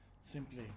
simply